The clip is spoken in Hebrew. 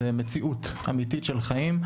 זו מציאות אמיתית של חיים,